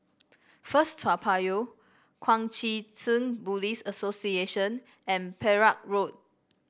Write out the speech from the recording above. First Toa Payoh Kuang Chee Tng Buddhist Association and Perak Road